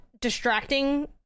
distracting